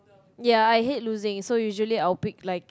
ya I hate losing so usually I pick like